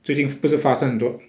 最近不是发生很多